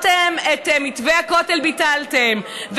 את מתווה הכותל ביטלתם,